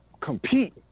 compete